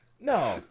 No